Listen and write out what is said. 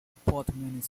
department